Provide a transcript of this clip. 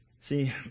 See